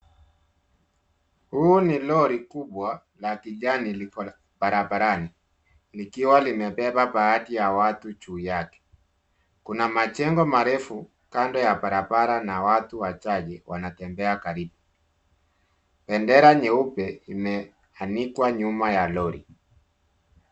Huu ni lori kubwa la kijani, liko barabarani likiwa limebeba baadhi ya watu juu yake. Kuna majengo marefu kando ya barabara na watu wachache wanatembea karibu. Bendera nyeupe imeanikwa nyuma ya lori.